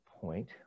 point